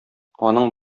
аның